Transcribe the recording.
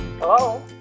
Hello